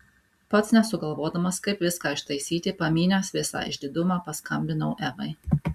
pats nesugalvodamas kaip viską ištaisyti pamynęs visą išdidumą paskambinau evai